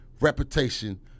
reputation